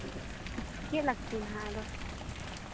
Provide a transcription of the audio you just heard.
ᱪᱮᱫ ᱞᱟᱹᱠᱛᱤ ᱱᱟᱦᱟᱜ ᱟᱫᱚ